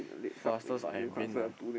fastest I have been ah